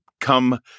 come